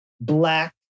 Black